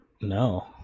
No